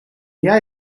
jij